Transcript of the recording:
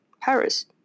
Paris